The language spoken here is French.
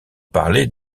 parlée